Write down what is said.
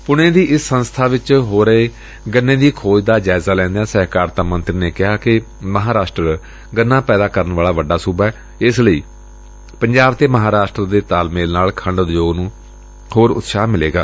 ਪੁਣੇ ਦੀ ਇਸ ਸੰਸਬਾ ਵਿਚ ਹੋ ਰਹੀ ਗੰਨੇ ਦੀ ਖੋਜ ਦਾ ਜਾਇਜ਼ਾ ਲੈਂਦਿਆਂ ਸਹਿਕਾਰਤਾ ਮੰਤਰੀ ਨੇ ਕਿਹਾ ਕਿ ਮਹਾਂਰਾਸ਼ਟਰ ਗੰਨਾ ਪੈਦਾ ਕਰਨ ਵਾਲਾ ਵੱਡਾ ਸੁਬਾ ਏ ਇਸ ਲਈ ਪੰਜਾਬ ਤੇ ਮਹਾਂਰਾਸ਼ਟਰ ਦੇ ਤਾਲਮੇਲ ਨਾਲ ਖੰਡ ਉਦਯੋਗ ਨੂੰ ਹੋਰ ਉਤਸ਼ਾਹ ਮਿਲੇਗਾ